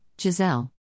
Giselle